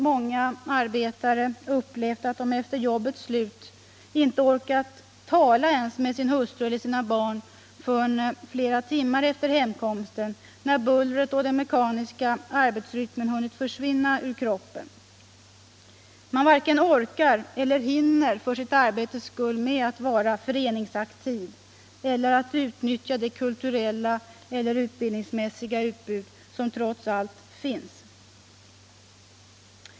Många arbetare upplever att de efter jobbets slut inte ens orkar tala med sin hustru eller sina barn förrän flera timmar efter hemkomsten när bullret och den mekaniska arbetsrytmen hunnit försvinna ur kroppen. Man varken orkar eller hinner för sitt arbetes skull att vara föreningsaktiv eller utnyttja det kulturella eller utbildningsmässiga utbud som trots allt finns.